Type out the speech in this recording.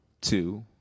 two